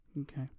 Okay